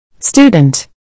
Student